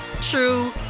true